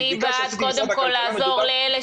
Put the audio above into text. מדובר על --- אני בעד קודם כל לעזור לאלה